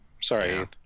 Sorry